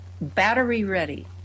battery-ready